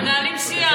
אנחנו מנהלים שיח.